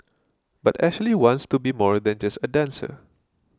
but Ashley wants to be more than just a dancer